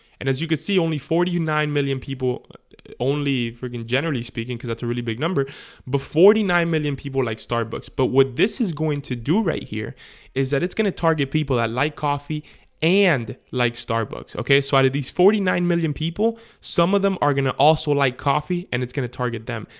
and as you can see only forty nine million people only friggin generally speaking because that's a really big number but forty nine million people like starbucks, but what this is going to do right here is that it's gonna target people that like coffee and like starbucks, okay, so i did these forty nine million people some of them are gonna also like coffee and it's gonna target them,